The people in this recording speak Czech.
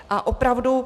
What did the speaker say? A opravdu...